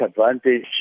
advantage